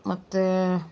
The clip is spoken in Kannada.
ಮತ್ತು